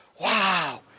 Wow